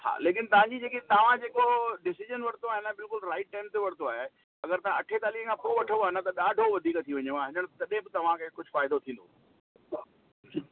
हा लेकिन तव्हांजी जेकी तव्हां जेको डिसीजन वरितो आहे न बिल्कुल राइट टाइम ते वरितो आहे अगरि तव्हां अठेतालीह खां पोइ वठो हा न त ॾाढो वधीक थी वञे हा तॾहिं बि तव्हांखे कुझु फ़ाइदो थींदो